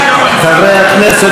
חברי הכנסת,